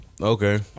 Okay